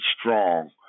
strong